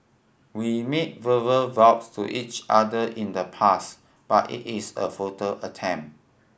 we made verbal vows to each other in the past but it is a futile attempt